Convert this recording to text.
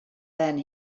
then